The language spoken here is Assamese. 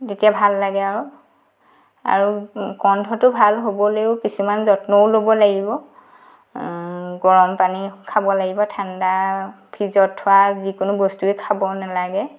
তেতিয়া ভাল লাগে আৰু আৰু কণ্ঠটো ভাল হ'বলেও কিছুমান যত্নও ল'ব লাগিব গৰম পানী খাব লাগিব ঠাণ্ডা ফ্ৰীজত থোৱা যিকোনো বস্তুৱে খাব নালাগে